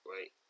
wait